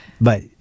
but-